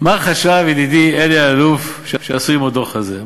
מה חשב ידידי אלי אלאלוף שיעשו עם הדוח הזה?